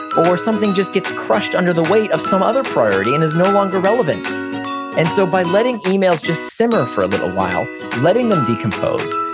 or something just gets crushed under the weight of some other priority, and is no longer relevant and so by letting emails just simmer for a little while, letting them decompose,